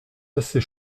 assez